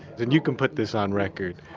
and you can put this on record